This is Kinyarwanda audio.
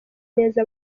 neza